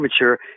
mature